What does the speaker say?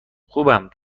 خوبم